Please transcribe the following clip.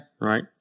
Right